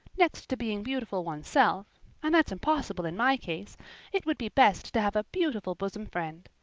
next to being beautiful oneself and that's impossible in my case it would be best to have a beautiful bosom friend.